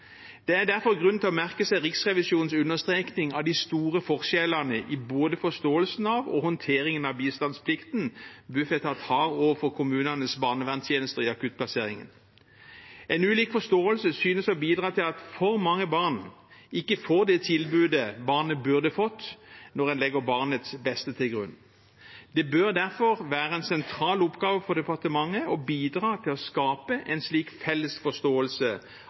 Det er derfor grunn til å merke seg Riksrevisjonens understrekning av de store forskjellene i både forståelsen av og håndteringen av bistandsplikten som Bufetat har overfor kommunenes barnevernstjeneste i akuttplasseringen. En ulik forståelse synes å bidra til at for mange barn ikke får det tilbudet de burde fått, når en legger barnets beste til grunn. Det bør derfor være en sentral oppgave for departementet å bidra til å skape en felles forståelse